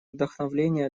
вдохновения